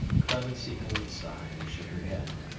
clemency only sighed, and shook her head.